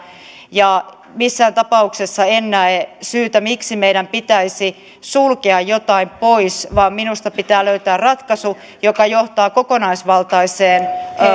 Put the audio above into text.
ja missään tapauksessa en näe syytä miksi meidän pitäisi sulkea jotain pois vaan minusta pitää löytää ratkaisu joka johtaa kokonaisvaltaiseen